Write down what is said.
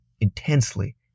intensely